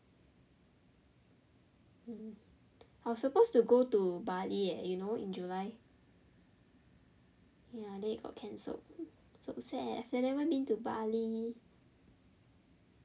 mm I was supposed to go to Bali leh you know in july ya then it got cancelled so sad I have never been to Bali